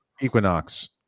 Equinox